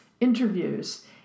interviews